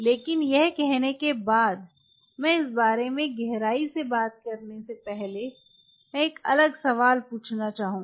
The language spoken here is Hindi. लेकिन यह कहने के बाद मैं इस बारे में गहराई से बात करने से पहले मैं एक अलग सवाल पूछूंगा